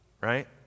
right